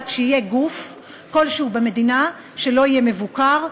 שיהיה גוף כלשהו במדינה שלא יהיה מבוקר,